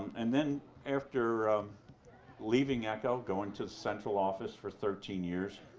and then after leaving echo, going to the central office for thirteen years,